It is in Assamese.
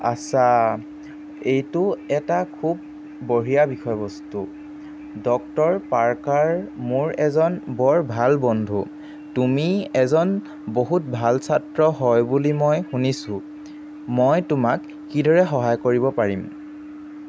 আচ্ছা এইটো এটা খুব বঢ়িয়া বিষয়বস্তু ডক্টৰ পাৰ্কাৰ মোৰ এজন বৰ ভাল বন্ধু তুমি এজন বহুত ভাল ছাত্ৰ হয় বুলি মই শুনিছোঁ মই তোমাক কিদৰে সহায় কৰিব পাৰিম